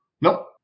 No